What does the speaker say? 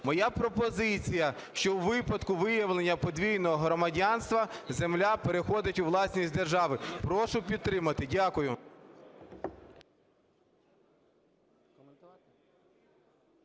Моя пропозиція, що у випадку виявлення подвійного громадянства земля переходить у власність держави. Прошу підтримати. Дякую.